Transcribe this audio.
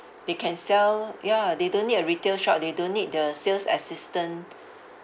they can sell ya they don't need a retail shop they don't need the sales assistant